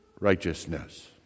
righteousness